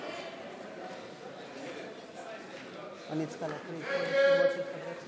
חבר הכנסת חיים ילין וחברי הכנסת יצחק הרצוג,